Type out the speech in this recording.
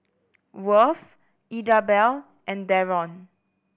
Worth Idabelle and Darron